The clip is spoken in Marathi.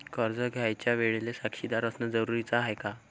कर्ज घ्यायच्या वेळेले साक्षीदार असनं जरुरीच हाय का?